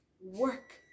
work